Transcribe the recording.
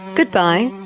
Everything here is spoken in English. Goodbye